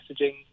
messaging